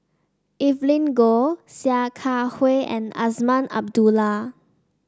Evelyn Goh Sia Kah Hui and Azman Abdullah